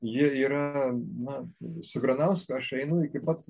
jie yra na su granausko aš einu iki pat